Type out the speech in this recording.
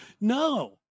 No